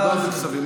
ועדת הכספים.